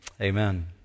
Amen